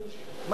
מה זה?